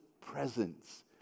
presence